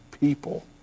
people